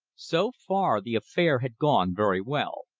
so far the affair had gone very well.